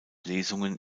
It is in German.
lesungen